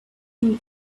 him